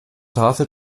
tafel